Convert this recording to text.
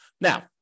Now